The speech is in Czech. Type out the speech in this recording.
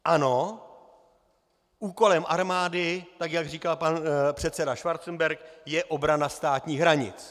Ano, úkolem armády, tak jak říkal pan předseda Schwarzenberg, je obrana státních hranic.